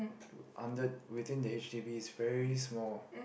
under within the H_D_B is very small